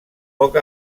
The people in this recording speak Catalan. poc